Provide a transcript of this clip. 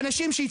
אני מבין,